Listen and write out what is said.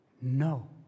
No